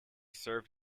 served